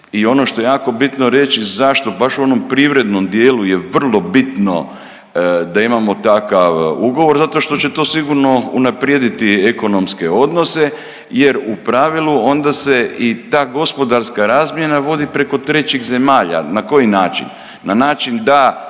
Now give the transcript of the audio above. I ono što je jako bitno reći zašto baš u onom privrednom dijelu je vrlo bitno da imamo takav ugovor, zato što će to sigurno unaprijediti ekonomske odnose jer u pravilu onda se i ta gospodarska razmjena vodi preko trećih zemalja. Na koji način? Na način da